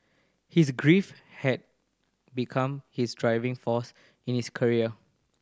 his grief had become his driving force in his career